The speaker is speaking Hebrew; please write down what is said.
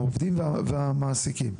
העובדים והמעסיקים.